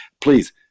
please